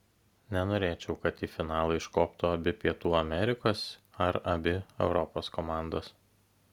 nenorėčiau kad į finalą iškoptų abi pietų amerikos ar abi europos komandos